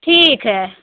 ठीक है